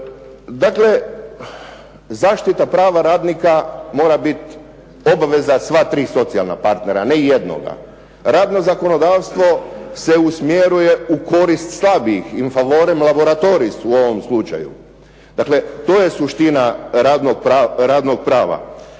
Dakle, zaštita prava radnika mora biti obveza svih tri socijalnih partnera, ne samo jednoga. Radno zakonodavstvo se usmjeruje u korist slabijih „in favorem laboratoris“ u ovom slučaju. Dakle, to je suština radnog prava.